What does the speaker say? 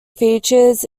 features